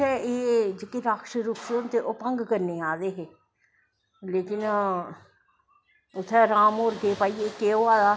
उत्थें एह् राक्षस रुक्षस होंदे एह् भंग करने ई आदे हे लेकिन उत्थें राम होर गे भाई एह् केह् होआ दा